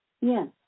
Yes